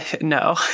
No